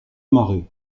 marée